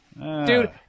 dude